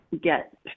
get